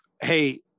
hey